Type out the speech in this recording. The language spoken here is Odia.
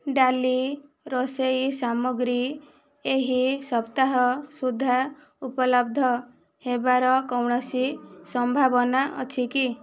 ଡାଲି ରୋଷେଇ ସାମଗ୍ରୀ ଏହି ସପ୍ତାହ ସୁଦ୍ଧା ଉପଲବ୍ଧ ହେବାର କୌଣସି ସମ୍ଭାବନା ଅଛି କି